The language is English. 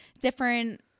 different